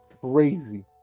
crazy